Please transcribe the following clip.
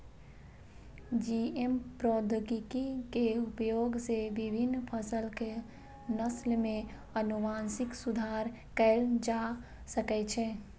GM प्रौद्योगिकी के उपयोग सं विभिन्न फसलक नस्ल मे आनुवंशिक सुधार कैल जा सकै छै